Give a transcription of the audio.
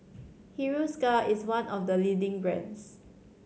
Hiruscar is one of the leading brands